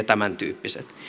tämän tyyppiset